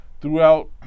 throughout